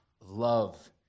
love